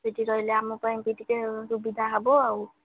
ସେଠି କହିଲେ ଆମ ପାଇଁକି ଟିକେ ସୁବିଧା ହେବ ଆଉ